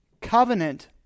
covenant